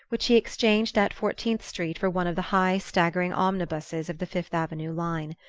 which he exchanged at fourteenth street for one of the high staggering omnibuses of the fifth avenue line.